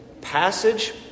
passage